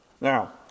Now